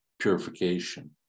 purification